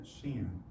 sin